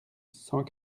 cent